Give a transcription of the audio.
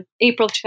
April